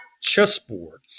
chessboard